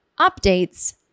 updates